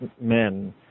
men